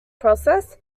process